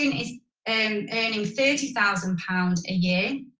is and earning thirty thousand pound a year,